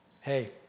Hey